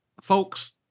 folks